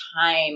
time